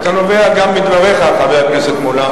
למה גברים כן ונשים